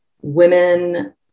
women